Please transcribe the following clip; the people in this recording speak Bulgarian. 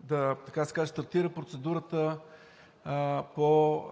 да стартира процедурата по